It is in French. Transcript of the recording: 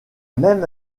même